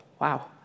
wow